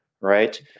right